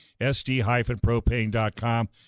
SD-Propane.com